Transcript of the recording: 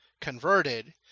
converted